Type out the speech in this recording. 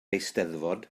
eisteddfod